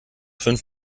fünf